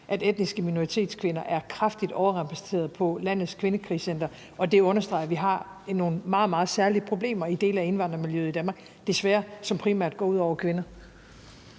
at etniske minoritetskvinder er kraftigt overrepræsenteret på landets kvindekrisecentre, og at det understreger, at vi har nogle meget, meget særlige problemer i dele af indvandrermiljøet i Danmark, desværre, som primært går ud over kvinder?